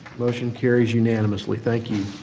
motion carries unanimously. thank you.